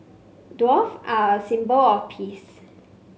doves are a symbol of peace